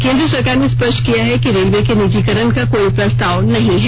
केन्द्र सरकार ने स्पष्ट किया है कि रेलवे के निजीकरण का कोई प्रस्ताव नहीं है